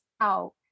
out